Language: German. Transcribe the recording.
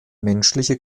menschliche